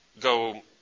go